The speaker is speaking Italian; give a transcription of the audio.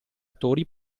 attori